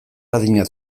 adina